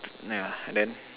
ya then